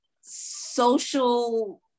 social